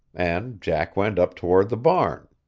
and jack went up toward the barn.